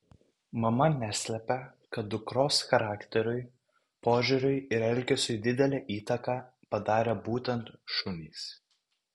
mama neslepia kad dukros charakteriui požiūriui ir elgesiui didelę įtaką padarė būtent šunys